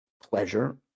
pleasure